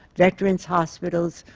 veterans' hospitals,